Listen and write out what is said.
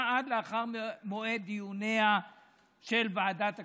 עד לאחר מועד דיוניה של ועדת הכספים.